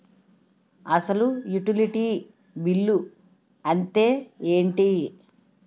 అసలు utility bill అంతే ఎంటి?